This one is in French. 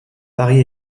paris